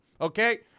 Okay